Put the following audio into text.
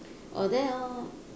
oh then uh